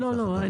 לא, לא.